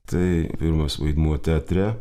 tai pirmas vaidmuo teatre